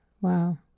Wow